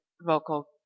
vocal